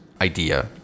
idea